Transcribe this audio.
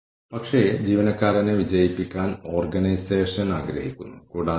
12 മാസത്തിൽ നഷ്ടപ്പെട്ട ഉപഭോക്താക്കളുടെ ശതമാനം ആണ് അളവ് അല്ലെങ്കിൽ മെട്രിക്